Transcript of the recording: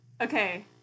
Okay